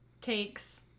takes